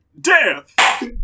Death